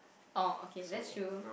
oh okay that's true